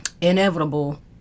inevitable